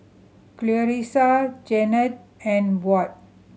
Clarisa Janet and Burt